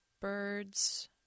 birds